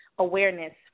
awareness